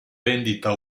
vendita